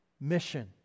mission